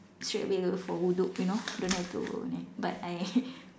straightaway for wuduk you know don't have to ni but I